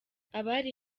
abari